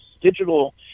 digital